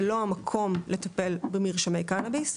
זהו לא המקום לטפל במרשמי קנביס,